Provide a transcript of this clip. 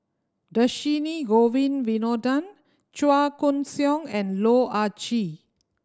Dhershini Govin Winodan Chua Koon Siong and Loh Ah Chee